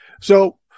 So-